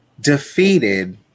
defeated